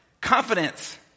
confidence